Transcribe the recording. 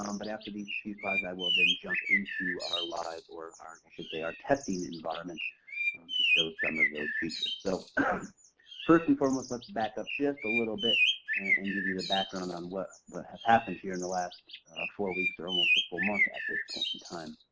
um but after these few slides i will then jump into our live or i should say our testing environment to show some of those features. so um first first and foremost, let's back up just a little bit and give you the background on what has happened here in the last four weeks or almost a full month at this point in time.